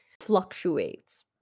fluctuates